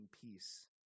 peace